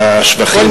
השבחים.